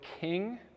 king